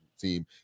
team